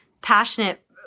passionate